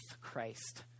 Christ